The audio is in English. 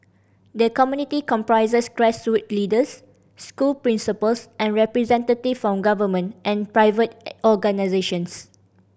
the committee comprises grassroot leaders school principals and representative from government and private organisations